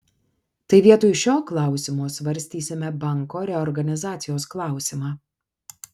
tai vietoj šio klausimo svarstysime banko reorganizacijos klausimą